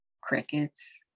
crickets